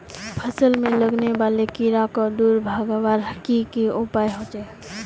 फसल में लगने वाले कीड़ा क दूर भगवार की की उपाय होचे?